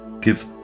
Give